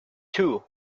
two